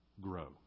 grow